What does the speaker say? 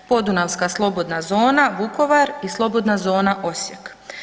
Podunavska slobodna zona Vukovar i Slobodna zona Osijek.